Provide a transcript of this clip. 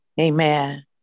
Amen